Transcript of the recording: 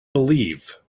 believe